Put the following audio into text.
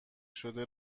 شده